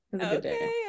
Okay